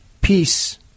Peace